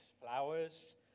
flowers